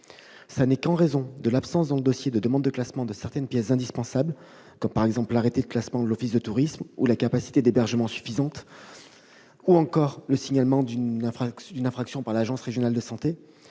Ce n'est qu'en raison de l'absence, dans le dossier de demande de classement, de certaines pièces indispensables- par exemple, l'arrêté de classement de l'office du tourisme, la capacité d'hébergement suffisante ou encore l'absence de signalement, par l'agence régionale de santé,